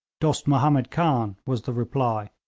dost mahomed khan was the reply,